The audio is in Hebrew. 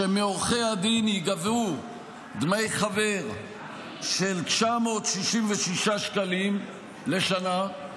שמעורכי הדין ייגבו דמי חבר של 966 שקלים לשנה,